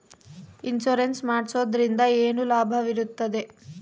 Insurance ಮಾಡೋದ್ರಿಂದ ಏನು ಲಾಭವಿರುತ್ತದೆ?